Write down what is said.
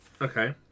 Okay